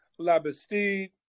Labastide